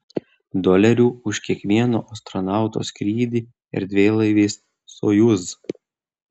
dolerių už kiekvieno astronauto skrydį erdvėlaiviais sojuz